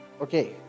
Okay